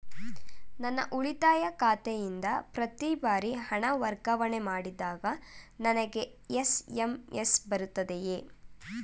ನನ್ನ ಉಳಿತಾಯ ಖಾತೆಯಿಂದ ಪ್ರತಿ ಬಾರಿ ಹಣ ವರ್ಗಾವಣೆ ಮಾಡಿದಾಗ ನನಗೆ ಎಸ್.ಎಂ.ಎಸ್ ಬರುತ್ತದೆಯೇ?